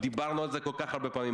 דיברנו על זה כל כך הרבה פעמים.